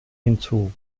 hinzu